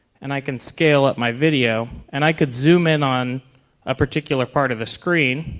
and i can scale up my video and i could zoom in on a particular part of the screen